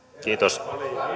kiitos